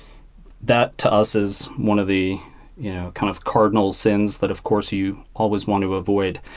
that to us is one of the kind of cardinal sins that of course you always want to avoid.